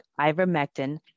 ivermectin